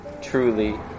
truly